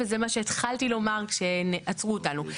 וזה מה שהתחלתי לומר כשעצרו אותנו.